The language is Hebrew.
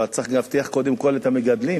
אבל צריך להבטיח קודם כול את המגדלים